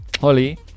Holly